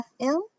FM